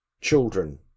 children